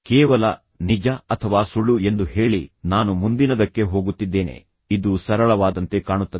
ಕೇವಲ ನಿಜ ಅಥವಾ ಸುಳ್ಳು ಎಂದು ಹೇಳಿ ನಾನು ಮುಂದಿನದಕ್ಕೆ ಹೋಗುತ್ತಿದ್ದೇನೆ ಇದು ಸರಳವಾದಂತೆ ಕಾಣುತ್ತದೆ